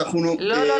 לא.